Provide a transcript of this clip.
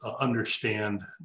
understand